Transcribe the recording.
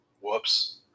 whoops